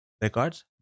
records